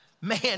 man